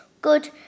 good